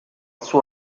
suo